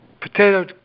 potato